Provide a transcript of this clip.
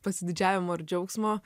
pasididžiavimo ir džiaugsmo